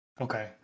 Okay